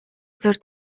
суурь